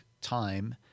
time